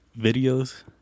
videos